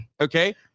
Okay